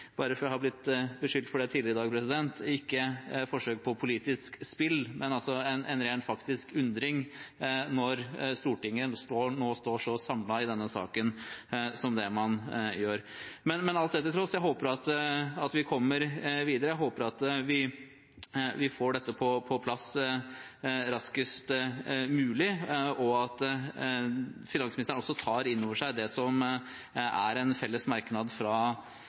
jeg har blitt beskyldt for tidligere i dag − men en ren faktisk undring når Stortinget står så samlet i denne saken som det gjør. Men alt det til tross, jeg håper at vi kommer videre. Jeg håper at vi får dette på plass raskest mulig, og at finansministeren også tar inn over seg det som er en felles merknad fra